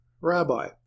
Rabbi